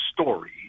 story